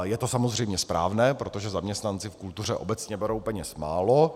Je to samozřejmě správné, protože zaměstnanci v kultuře obecně berou peněz málo.